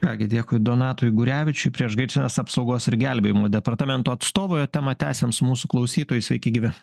ką gi dėkui donatui gurevičiui priešgaisrinės apsaugos ir gelbėjimo departamento atstovui o temą tęsiam su mūsų klausytojais sveiki gyvi